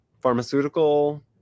pharmaceutical